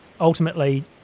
ultimately